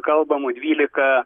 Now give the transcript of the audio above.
kalbama dvylika